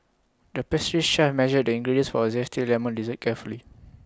the pastry chef measured the ingredients for A Zesty Lemon Dessert carefully